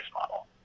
model